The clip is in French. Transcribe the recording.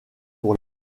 pour